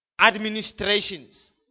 administrations